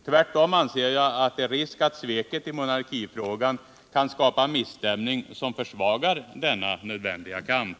Tvärtom anser jag att det är risk för att sveket i monarkifrågan kan skapa en misstämning som försvagar denna nödvändiga kamp.